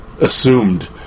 Assumed